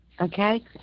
Okay